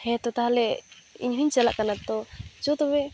ᱦᱮᱸᱛᱚ ᱛᱟᱦᱮᱞᱮ ᱤᱧᱦᱚᱧ ᱪᱟᱞᱟᱜ ᱠᱟᱱᱟ ᱛᱚ ᱪᱚ ᱛᱚᱵᱮ